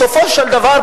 בסופו של דבר,